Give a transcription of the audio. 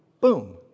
boom